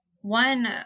one